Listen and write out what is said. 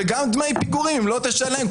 וגם דמי פיגורים לא תשלם,